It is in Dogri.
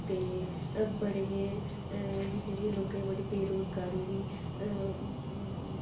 ते बड़े गै जि'यां कि लोकें गी बड़ी बेरोजगारी